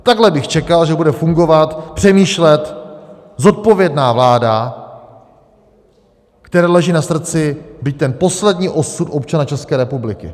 Takhle bych čekal, že bude fungovat a přemýšlet zodpovědná vláda, které leží na srdci byť ten poslední osud občana České republiky.